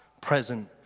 present